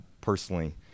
personally